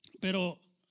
Pero